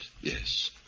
yes